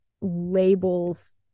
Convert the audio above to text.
labels